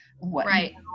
Right